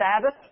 Sabbath